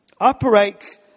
operates